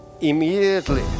immediately